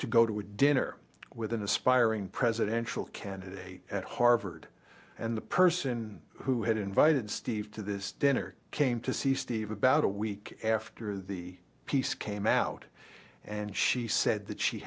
to go to a dinner with an aspiring presidential candidate at harvard and the person who had invited steve to this dinner came to see steve about a week after the piece came out and she said that she